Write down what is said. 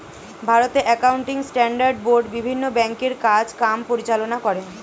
ভারতে accounting standard board বিভিন্ন ব্যাংকের কাজ কাম পরিচালনা করে